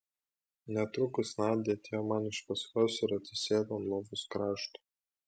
netrukus nadia atėjo man iš paskos ir atsisėdo ant lovos krašto